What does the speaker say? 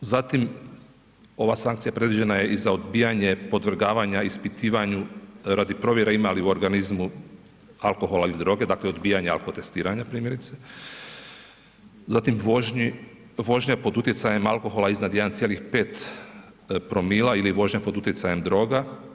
Zatim ova sankcija predviđena je i za odbijanje podvrgavanja ispitivanju radi provjere ima li u organizmu alkohola ili droge, dakle odbijanja alkotestiranja primjerice, zatim vožnja pod utjecanjem alkohola iznad 1,5 promila, ili vožnja pod utjecajem droga.